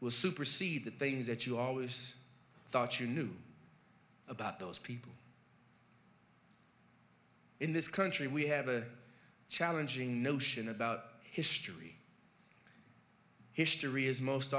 will supersede the things that you always thought you knew about those people in this country we have a challenging notion about history history is most